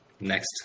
Next